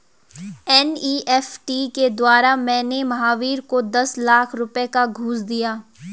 NEFT के द्वारा मैंने महावीर को दस लाख रुपए का घूंस दिया